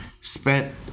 spent